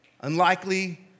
unlikely